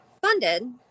funded